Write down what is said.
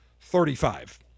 Thirty-five